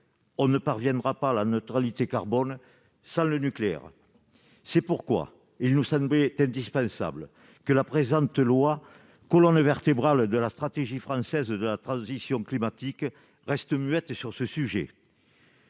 on ne parviendra pas à la neutralité carbone sans le nucléaire ! C'est pourquoi il nous semblait impensable que le présent projet de loi, colonne vertébrale de la stratégie française de la transition climatique, reste muet sur le sujet.